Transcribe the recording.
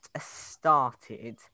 started